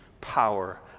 power